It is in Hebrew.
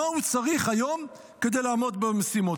מה הוא צריך היום כדי לעמוד במשימות.